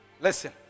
listen